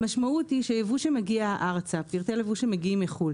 המשמעות היא שפרטי לבוש שמגיעים מחו"ל,